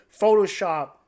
Photoshop